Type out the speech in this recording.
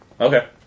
Okay